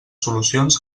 solucions